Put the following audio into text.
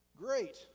great